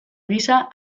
gisa